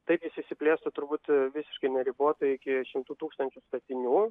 taip jis išsiplėstų turbūt visiškai neribotai iki šimtų tūkstančių statinių